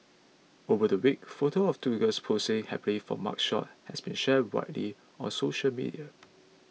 over the weekend photographs of two girls posing happily for mugshots has been shared widely on social media